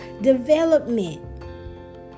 development